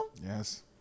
Yes